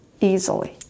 easily